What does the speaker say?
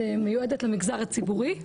שמיועדת למגזר הציבורי.